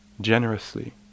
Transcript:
generously